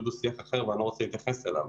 שזה פשוט דו-שיח אחר ואני לא רוצה להתייחס אליו.